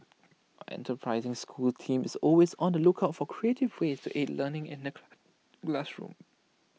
our enterprising schools team is always on the lookout for creative ways to aid learning in the classroom